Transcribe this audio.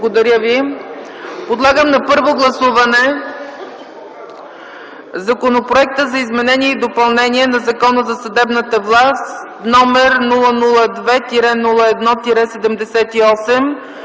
Благодаря ви. Подлагам на първо гласуване Законопроектът за изменение и допълнение на Закона за съдебната власт № 002-01-78,